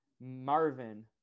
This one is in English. Marvin